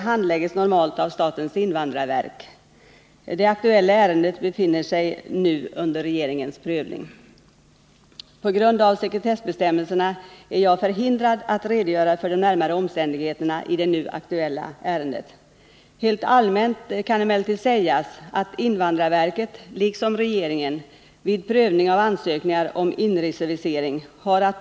Bulut kommer att friges efter avtjänat straff i slutet av februari 1980. Efter frigivningen har han för avsikt att förena sig med sin fru i Sverige. Statens invandrarverk har emellertid vid ett flertal tillfällen vägrat honom visum. De israeliska myndigheterna tänker därför förpassa honom direkt till Turkiet.